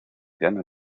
gana